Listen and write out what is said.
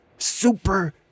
super